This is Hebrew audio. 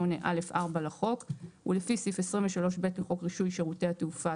168(א)(4) לחוק ולפי סעיף 23(ב) לחוק רישוי שירותי התעופה,